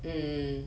mm